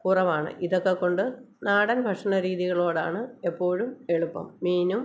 കുറവാണ് ഇതൊക്കെ കൊണ്ട് നാടൻ ഭക്ഷണ രീതികളോടാണ് എപ്പോഴും എളുപ്പം മീനും